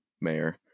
Mayor